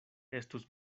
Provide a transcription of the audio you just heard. estus